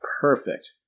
Perfect